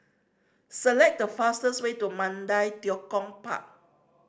select the fastest way to Mandai Tekong Park